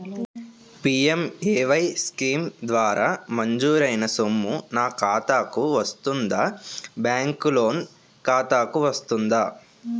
PMAY scheme ద్వారా మంజూరైన సొమ్ము నా ఖాతా కు వస్తుందాబ్యాంకు లోన్ ఖాతాకు వస్తుందా?